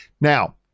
Now